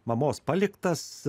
mamos paliktas